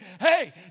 hey